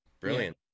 Brilliant